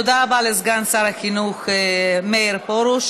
תודה רבה לסגן שר החינוך מאיר פרוש.